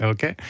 Okay